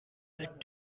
bit